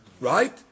Right